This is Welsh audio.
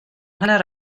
hanner